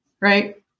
right